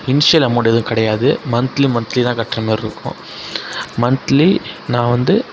initial amount எதுவும் கிடையாது monthly monthly தான் கட்டுற மாதிரி இருக்கும் மன்த்லி நான் வந்து